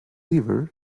lever